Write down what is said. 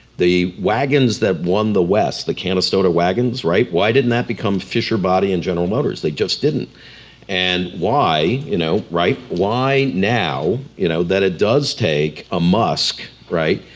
the wagons that won the west, the conestoga wagons, right? why didn't that become fisher body and general motors, they just didn't and why, you know right, why now you know that it does take a musk, right,